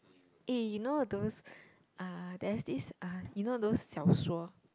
eh you know those uh there's this uh you know those 小说